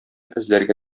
эзләргә